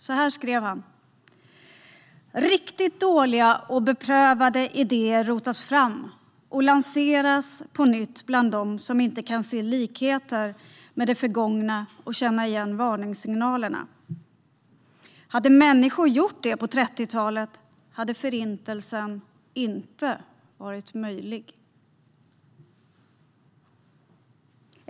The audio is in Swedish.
Så här skrev han: "Riktigt dåliga och beprövade idéer rotas fram av ondskans budbärare och lanseras på nytt bland de som inte kan se likheter med det förgångna och känna igen varningssignalerna. Hade människor gjort det på 30-talet hade Förintelsen inte varit möjlig."